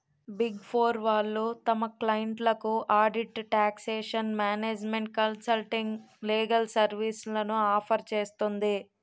big four వాళ్ళు తమ క్లయింట్లకు audit, taxation, management consulting, legal సర్వీస్లను ఆఫర్ చేస్తుంది